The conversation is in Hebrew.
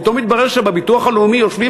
פתאום התברר שבביטוח הלאומי יושבים